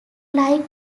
like